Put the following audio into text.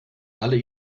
alle